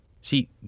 See